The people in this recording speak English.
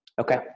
Okay